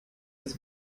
das